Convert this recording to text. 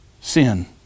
sin